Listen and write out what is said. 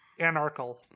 Anarchal